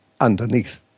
underneath